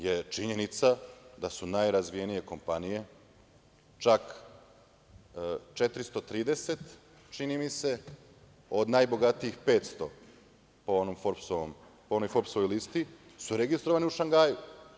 Danas je činjenica da su najrazvijenije kompanije, čak 430, čini mi se, od najbogatijih 500, po onoj Forbsovoj listi, su registrovane u Šangaju.